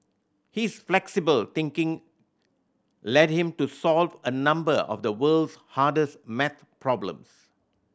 his flexible thinking led him to solve a number of the world's hardest maths problems